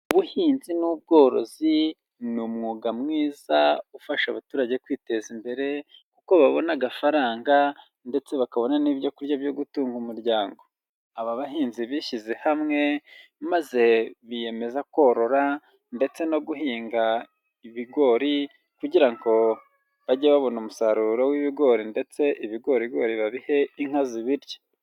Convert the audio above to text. Ubuhinzi n'ubworozi ni umwuga mwiza ufasha abaturage kwiteza imbere kuko babona agafaranga ndetse bakabona n'ibyo kurya byo gutunga umuryango, aba bahinzi bishyize hamwe, maze biyemeza korora ndetse no guhinga ibigori kugira ngo bajye babona umusaruro w'ibigori ndetse ibigorigori babihe inka zibirya.